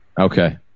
Okay